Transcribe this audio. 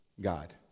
God